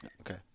Okay